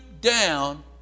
down